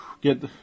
get